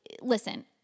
listen